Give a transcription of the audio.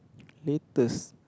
latest